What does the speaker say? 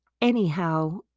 Anyhow